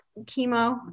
chemo